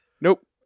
Nope